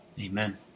Amen